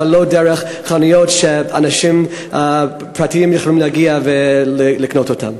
אבל לא דרך חנויות שאנשים פרטיים יכולים להגיע אליהן ולקנות אותם?